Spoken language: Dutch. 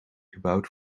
gebouwd